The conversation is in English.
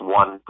one